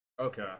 Okay